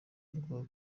rwa